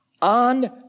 On